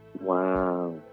Wow